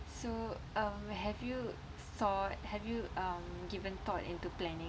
so um have you saw have you um given thought into planning